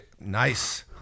Nice